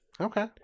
Okay